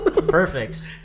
perfect